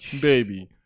baby